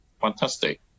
fantastic